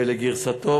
ולגרסתו,